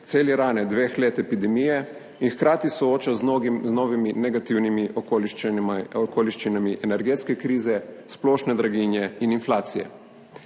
celi rane dveh let epidemije in se hkrati sooča z mnogimi novimi negativnimi okoliščinami energetske krize, splošne draginje in inflacije.